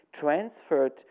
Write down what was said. transferred